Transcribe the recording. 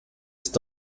ist